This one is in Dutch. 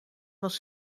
was